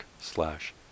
slash